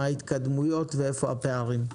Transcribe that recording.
מה ההתקדמויות ואיפה הפערים?